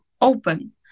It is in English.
open